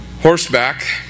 horseback